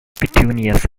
petunias